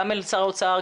גם אל שר האוצר,